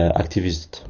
activist